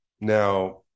Now